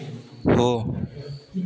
हो